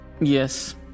Yes